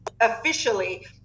officially